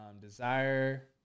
Desire